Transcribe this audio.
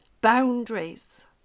Boundaries